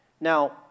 Now